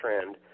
trend